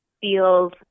feels